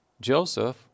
Joseph